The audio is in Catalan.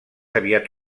aviat